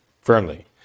firmly